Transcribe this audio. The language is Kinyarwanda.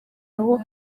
aho